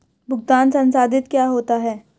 भुगतान संसाधित क्या होता है?